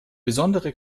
besondere